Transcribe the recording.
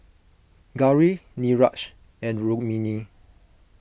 Gauri Niraj and Rukmini